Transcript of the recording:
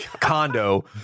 condo